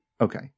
okay